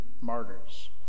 martyrs